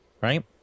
right